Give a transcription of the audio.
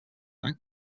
tak